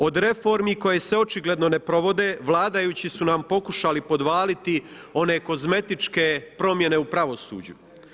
Od reformi koje se očigledno ne provode, vladajući su nam pokušali podvaliti one kozmetičke promjene u pravosuđu.